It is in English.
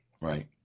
Right